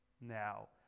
now